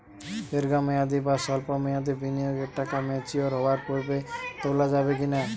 দীর্ঘ মেয়াদি বা সল্প মেয়াদি বিনিয়োগের টাকা ম্যাচিওর হওয়ার পূর্বে তোলা যাবে কি না?